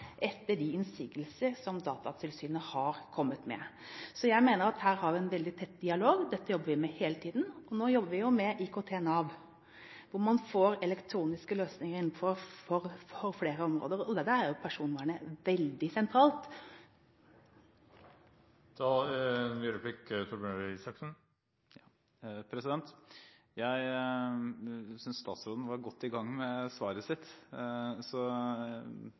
etter de innsigelser som Datatilsynet har kommet med. Så jeg mener at her har vi en veldig tett dialog. Dette jobber vi med hele tiden. Nå jobber vi med IKT Nav, hvor man får elektroniske løsninger innenfor flere områder. Der er personvernet veldig sentralt. Jeg synes statsråden var godt i gang med svaret sitt, så jeg vil spørre statsråden: Hva hadde du tenkt å si nå? Det var